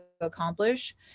accomplish